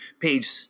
page